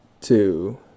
two